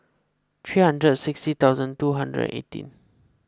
three hundred and sixty thousand two hundred and eighteen